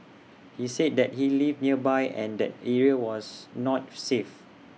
he said that he lived nearby and that area was not safe